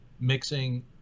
mixing